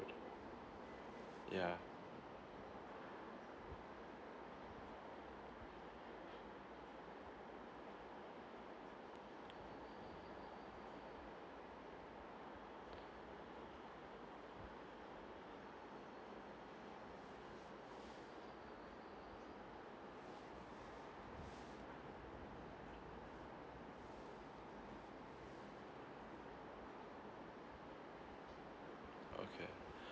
yeah okay